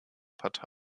partei